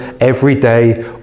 everyday